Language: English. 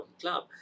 Club